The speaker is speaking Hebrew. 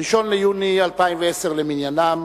1 ביוני 2010 למניינם.